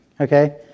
Okay